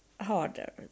harder